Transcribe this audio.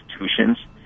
institutions